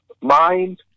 mind